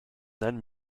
then